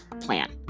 plan